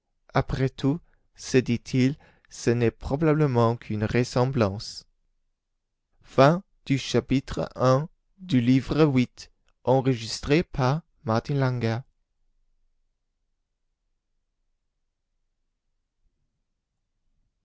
après tout se dit-il ce n'est probablement qu'une ressemblance chapitre ii